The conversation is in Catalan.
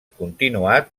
continuat